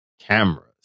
cameras